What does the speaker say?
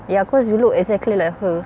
ya cause you look exactly like her